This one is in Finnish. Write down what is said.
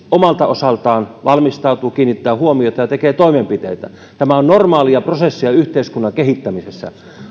omalta osaltaan valmistautuu kiinnittää huomiota ja tekee toimenpiteitä tämä on normaalia prosessia yhteiskunnan kehittämisessä